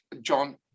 John